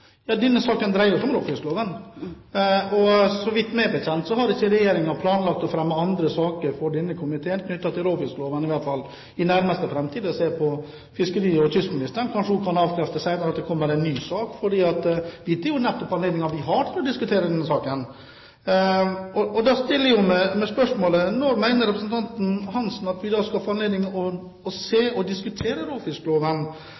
Denne saken dreier seg jo om råfiskloven, og meg bekjent har ikke Regjeringen planlagt å fremme andre saker for denne komiteen knyttet til råfiskloven – i hvert fall ikke i nærmeste framtid. Jeg ser på fiskeri- og kystministeren, kanskje hun kan avkrefte senere hvorvidt det kommer en ny sak. Dette er jo nettopp anledningen vi har til å diskutere denne saken. Og da stiller jeg spørsmålet: Når mener representanten Hansen at vi skal få anledning til å